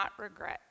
regret